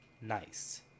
nice